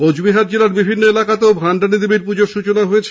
কোচবিহার জেলার বিভিন্ন এলাকাতেও ভান্ডানী দেবীর পুজোর সৃচনা হয়েছে